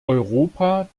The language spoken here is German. europa